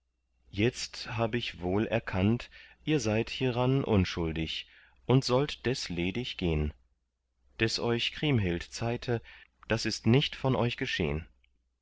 jetzt hab ich wohl erkannt ihr seid hieran unschuldig und sollt des ledig gehn des euch kriemhild zeihte das ist nicht von euch geschehn